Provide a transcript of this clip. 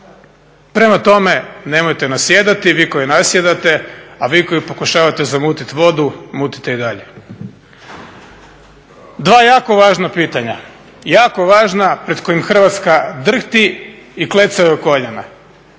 Prema tome, nemojte nasjedati vi koji nasjedate, a vi koji pokušavate zamutiti vodu mutite i dalje. Dva jako važna pitanja, jako važna, pred kojima Hrvatska drhti i klecaju joj koljena.